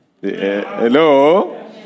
Hello